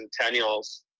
Centennials